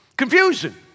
Confusion